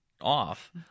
off